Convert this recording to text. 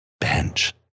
Bench